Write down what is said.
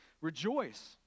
rejoice